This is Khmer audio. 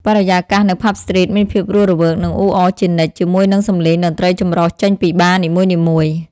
បរិយាកាសនៅ Pub Street មានភាពរស់រវើក និងអ៊ូអរជានិច្ច ជាមួយនឹងសំឡេងតន្ត្រីចម្រុះចេញពីបារនីមួយៗ។